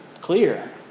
clear